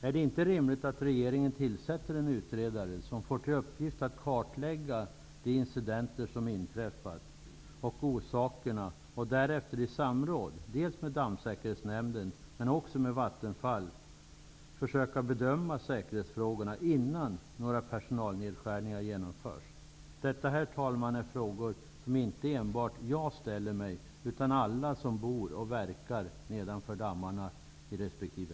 Är det inte rimligt att regeringen tillsätter en utredare, som får till uppgift att kartlägga de incidenter som har inträffat och orsakerna till dem och därefter i samråd dels med Dammsäkerhetsnämnden, dels med Vattenfall försöker bedöma säkerhetsfrågorna innan några personalnedskärningar genomförs? Detta, herr talman, är frågor som inte enbart jag ställer utan alla som bor och verkar nedanför dammarna i resp.